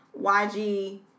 yg